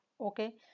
Okay